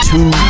Two